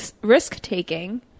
risk-taking